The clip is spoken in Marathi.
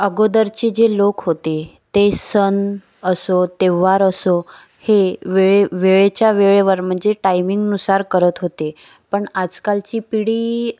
अगोदरचे जे लोक होते ते सण असो त्योहार असो हे वेळे वेळेच्या वेळेवर म्हणजे टायमिंगनुसार करत होते पण आजकालची पिढी